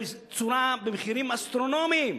במחירים אסטרונומיים.